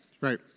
Right